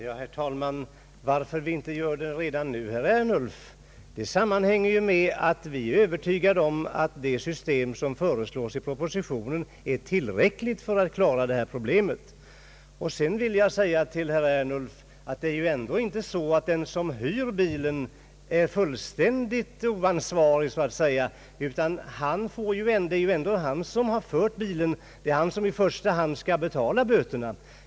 Herr talman! Varför vi inte gör denna rättelse redan nu, herr Ernulf, sammanhänger med att vi är övertygade om att det system som föreslås i propositionen är tilltäckligt för att klara detta problem. Sedan vill jag säga till herr Ernulf att ju ändå inte den som hyr bilen är fullständigt oansvarig. Det är han som har fört bilen, och det är han som i första hand skall erlägga böterna.